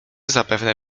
zapewne